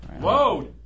Whoa